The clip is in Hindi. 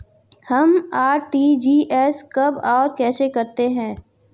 हम आर.टी.जी.एस कब और कैसे करते हैं?